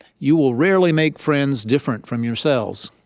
you will rarely make friends different from yourselves.